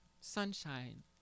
sunshine